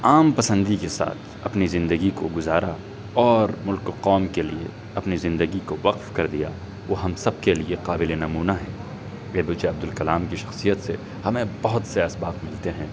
عام پسندی کے ساتھ اپنی زندگی کو گزارا اور ملک و قوم کے لیے اپنی زندگی کو وقف کر دیا وہ ہم سب کے لیے قابل نمونہ ہیں A P J Abdul Kalam کی شخصیت سے ہمیں بہت سے اسباق ملتے ہیں